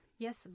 Yes